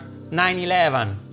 9-11